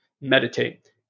meditate